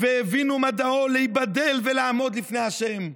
והבינו מדעו להיבדל ולעמוד לפני השם".